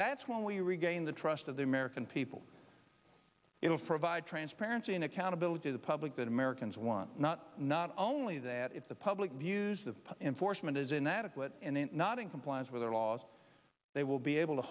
that's when we regain the trust of the american people it will provide transparency and accountability the public that americans want not not only that if the public views of enforcement is inadequate and then not in compliance with their laws they will be able to